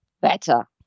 Better